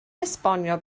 esbonio